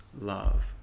love